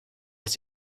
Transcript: ist